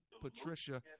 Patricia